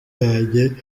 yanjye